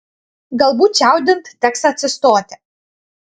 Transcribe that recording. galbūt čiaudint teks atsistoti